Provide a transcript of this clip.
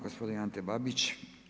Gospodine Ante Babić.